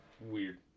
weird